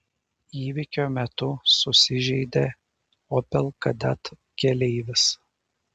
įvykio metu susižeidė opel kadett keleivis